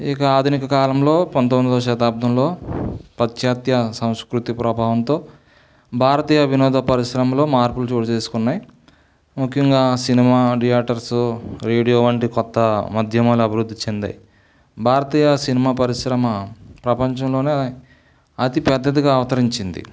ఇక ఆధునిక కాలంలో పంతొమ్మిదవ శతాబ్ధంలో పాశ్చాత్య సంస్కృతి ప్రభావంతో భారతీయ వినోద పరిశ్రమలో మార్పులు చోటు చేసుకున్నాయి ముఖ్యంగా సినిమా థియేటర్సు రేడియో వంటి కొత్త మాధ్యమాలు అభివృద్ధి చెందాయి భారతీయ సినిమా పరిశ్రమ ప్రపంచంలోనే అతి పెద్దదిగా అవతరించింది